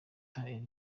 eliel